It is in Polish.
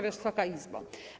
Wysoka Izbo!